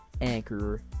Anchor